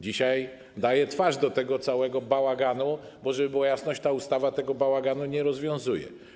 Dzisiaj daje twarz całemu bałaganowi, bo żeby była jasność: ta ustawa tego bałaganu nie rozwiązuje.